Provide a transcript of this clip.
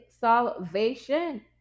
salvation